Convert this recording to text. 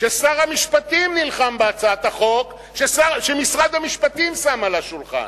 ששר המשפטים נלחם בהצעת החוק שמשרד המשפטים שם על השולחן?